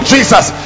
Jesus